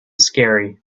scary